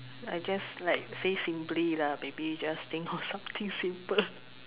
I guess like say simply lah maybe just think of something simple